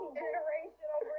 generational